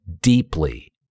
deeply